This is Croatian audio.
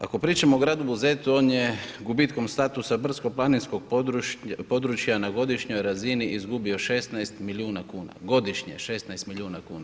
Ako pričamo o gradu Buzetu on je gubitkom statusa brdsko-planinskog područja na godišnjoj razini izgubio 16 milijuna kuna, godišnje, 16 milijuna kuna.